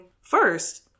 first